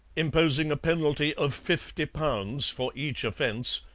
imposing a penalty of fifty pounds for each offence,